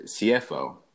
CFO